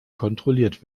kontrolliert